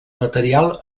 material